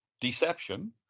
deception